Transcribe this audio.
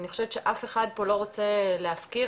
מהלך שיאפשר בעצם לכל גורם שירצה למכור מוצרי